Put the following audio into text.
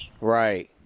Right